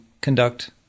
conduct